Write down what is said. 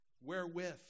wherewith